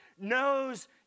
knows